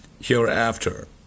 hereafter